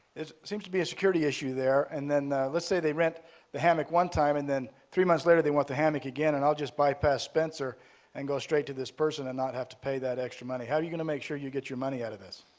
seems to be a security issue there and then let's say they rent the hammock one time and then, three months later they want the hammock again and i'll just bypass spencer and go straight to this person and not have to pay that extra money, how are you going to make sure you get your money out of this?